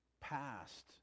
past